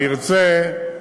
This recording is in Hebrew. ירצה,